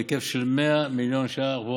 בהיקף של 100 מיליון ש"ח.